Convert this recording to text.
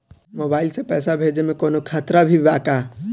Mobile से पैसा भेजे मे कौनों खतरा भी बा का?